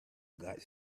got